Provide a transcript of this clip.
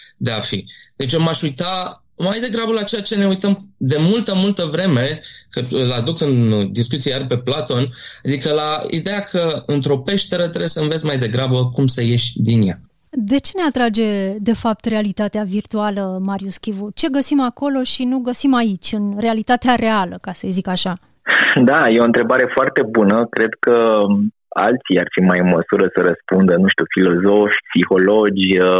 de a fi. Deci eu m-aș uita mai degrabă la ceea ce ne uităm de multă, multă vreme, că, îl aduc în discuții iar pe Platon, adică la ideea că, într-o peșteră, trebuie să înveți mai degrabă cum să ieși din ea. De ce ne atrage, de fapt, realitatea virtuală, Marius Chivu? Ce găsim acolo și nu găsim aici, în realitatea reală, ca să-i zic așa? Da, e o întrebare foarte bună. Cred că, m, alții ar fi mai în măsură să răspundă, nu știu, filozofi, psihologi,